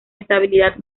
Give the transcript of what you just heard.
estabilidad